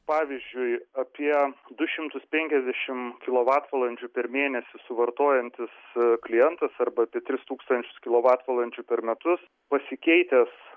pavyzdžiui apie du šimtus penkiasdešim kilovatvalandžių per mėnesį suvartojantis klientas arba apie tris tūkstančius kilovatvalandžių per metus pasikeitęs